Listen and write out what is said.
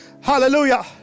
Hallelujah